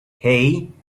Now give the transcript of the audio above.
hey